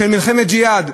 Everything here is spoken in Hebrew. של ג'יהאד.